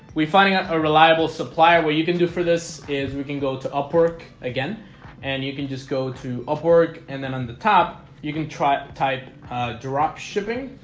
we finding a ah reliable supplier where you can do for this is we can go to up work again and you can just go to up work and then on the top you can try type drop shipping